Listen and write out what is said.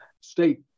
state